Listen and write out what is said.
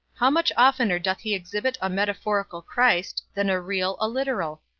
how much oftener doth he exhibit a metaphorical christ, than a real, a literal?